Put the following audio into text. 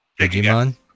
Digimon